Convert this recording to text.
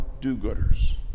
do-gooders